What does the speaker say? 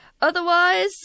otherwise